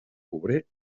obrer